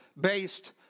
based